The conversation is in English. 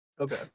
Okay